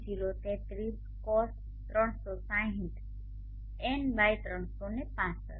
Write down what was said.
033 cos 360 N by 365